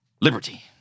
liberty